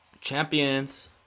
Champions